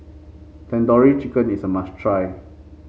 Tandoori Chicken is a must try